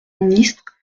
ministre